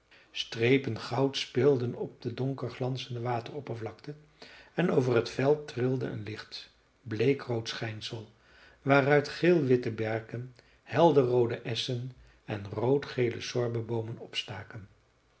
strepen goud speelden op de donker glanzende wateroppervlakte en over t veld trilde een licht bleekrood schijnsel waaruit geelwitte berken helderroode esschen en roodgele sorbeboomen opstaken